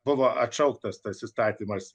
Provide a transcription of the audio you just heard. buvo atšauktas tas įstatymas